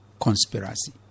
conspiracy